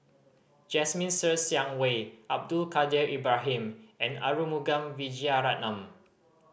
Jasmine Ser Xiang Wei Abdul Kadir Ibrahim and Arumugam Vijiaratnam